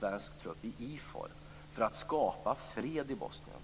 vara med i IFOR för att skapa fred i Bosnien.